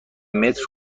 متر